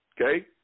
Okay